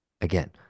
again